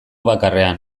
bakarrean